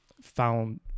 found